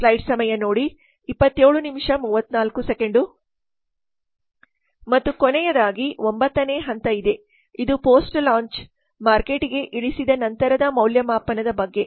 ಮತ್ತು ಕೊನೆಯದಾಗಿ 9ನೇ ಹಂತ ಇದೆ ಇದು ಪೋಸ್ಟ್ ಲಾಂಚ್ ಮಾರ್ಕೇಟಿಗೆ ಇಳಿಸಿದ ನಂತರದ ಮೌಲ್ಯಮಾಪನದ ಬಗ್ಗೆ